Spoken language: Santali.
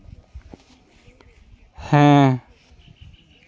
ᱦᱮᱸ